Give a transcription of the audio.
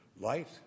light